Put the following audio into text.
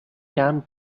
cam